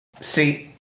see